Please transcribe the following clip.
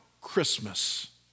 Christmas